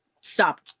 Stop